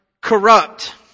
corrupt